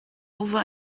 over